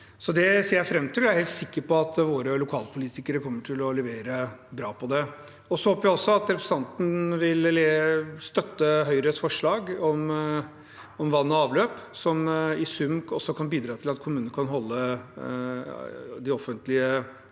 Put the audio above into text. Det ser jeg fram til, og jeg er helt sikker på at våre lokalpolitikere kommer til å levere bra på det. Jeg håper også at representanten vil støtte Høyres forslag om vann og avløp, som i sum også kan bidra til at kommunene kan holde de offentlige